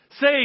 say